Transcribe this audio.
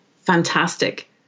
Fantastic